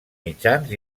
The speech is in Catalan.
mitjans